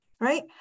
Right